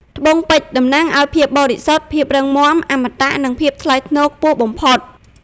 ត្បូងពេជ្រតំណាងឱ្យ ភាពបរិសុទ្ធ ភាពរឹងមាំ អមតៈ និងភាពថ្លៃថ្នូរខ្ពស់បំផុត។